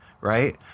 right